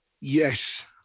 Yes